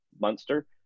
monster